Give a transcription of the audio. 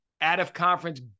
out-of-conference